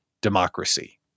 democracy